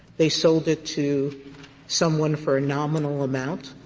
they sold it to someone for a nominal amount.